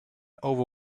over